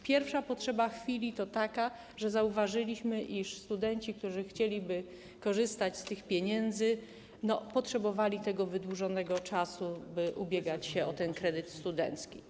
Pierwsza potrzeba chwili jest taka, że zauważyliśmy, iż studenci, którzy chcieliby korzystać z tych pieniędzy, potrzebowali tego wydłużonego czasu, by ubiegać się o ten kredyt studencki.